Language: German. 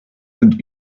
sind